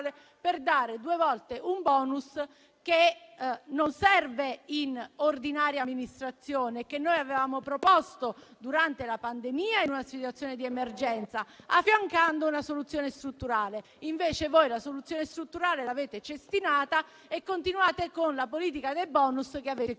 per dare due volte un *bonus* che non serve in ordinaria amministrazione, che noi avevamo proposto durante la pandemia, in una situazione di emergenza, affiancando una soluzione strutturale. Invece voi la soluzione strutturale l'avete cestinata e continuate con la politica dei *bonus*, che avete criticato.